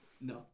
no